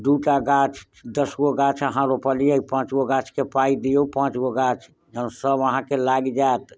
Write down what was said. दू टा गाछ दसगो गाछ आहाँ रोपलियै पाँच गो गाछ के पाइ दियौ पाँच गो गाछ जऽ सब अहाँके लागि जायत